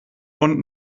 und